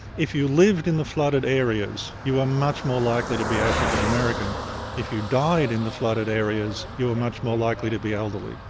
if you lived in the flooded areas you were much more likely to be african american if you died in the flooded areas you were much more likely to be elderly.